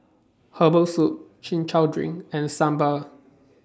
Herbal Soup Chin Chow Drink and Sambal